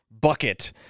bucket